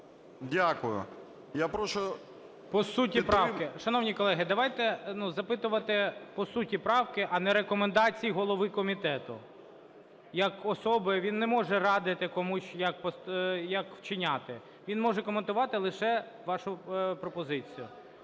ГОЛОВУЮЧИЙ. По суті правки. Шановні колеги, давайте запитувати по суті правки, а не рекомендації голові комітету як особі. Він не може радити комусь, як вчиняти. Він може коментувати лише вашу пропозицію